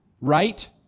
right